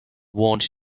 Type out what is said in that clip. want